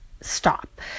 stop